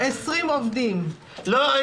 20 עובדים,